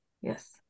yes